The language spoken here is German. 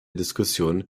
diskussion